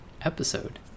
episode